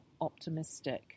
optimistic